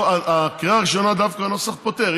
הקריאה הראשונה, דווקא הנוסח פותר.